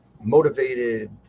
motivated